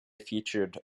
featured